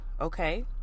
Okay